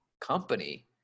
company